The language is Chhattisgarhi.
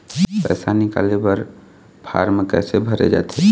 पैसा निकाले बर फार्म कैसे भरे जाथे?